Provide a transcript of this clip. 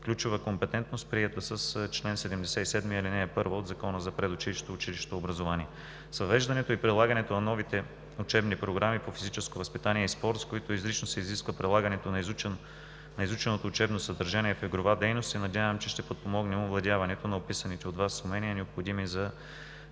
ключова компетентност приета с чл. 77, ал. 1 от Закона за предучилищното и училищно образование. Завеждането и прилагането на новите учебни програми по физическо възпитание и спорт, с които изрично се изисква прилагането на изученото учебно съдържание в игрова дейност, се надявам, че ще подпомогнем овладяването на описаните от Вас умения, необходими